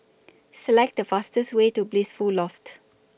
Select The fastest Way to Blissful Loft